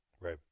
Right